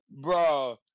Bro